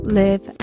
live